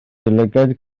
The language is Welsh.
lygaid